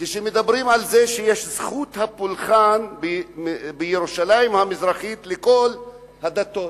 כשמדברים על זה שיש זכות הפולחן בירושלים המזרחית לכל הדתות,